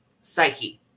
psyche